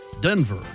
Denver